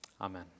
Amen